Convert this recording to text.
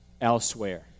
elsewhere